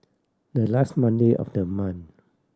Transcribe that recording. the last Monday of the month